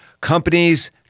Companies